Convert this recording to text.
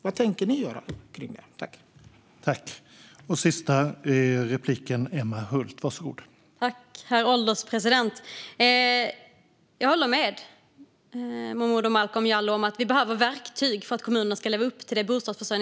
Vad tänker ni göra kring detta?